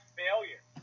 failure